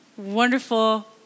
wonderful